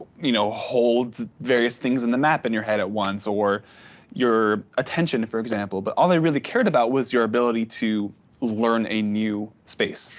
you know hold various things in the map in your head at once or your attention, for example, but all they really cared about was your ability to learn a new space.